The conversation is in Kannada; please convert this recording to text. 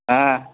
ಹಾಂ